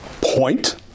point